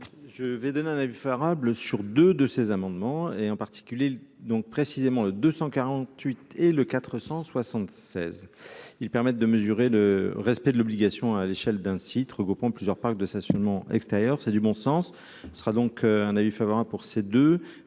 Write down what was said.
Je vais donner un avis Farab l'sur 2 de ces amendements, et en particulier donc précisément 248 et le 476 ils permettent de mesurer le respect de l'obligation à à l'échelle d'un site regroupant plusieurs parcs de ça sûrement extérieur, c'est du bon sens, ce sera donc un avis favorable pour ces 2 un